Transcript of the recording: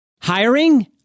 Hiring